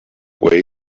way